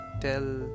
tell